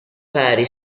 vari